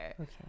okay